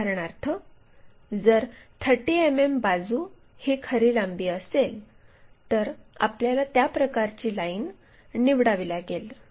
उदाहरणार्थ जर 30 मिमी बाजू ही खरी लांबी असेल तर आपल्याला त्या प्रकारची लाईन निवडावी लागेल